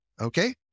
Okay